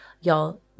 Y'all